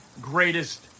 greatest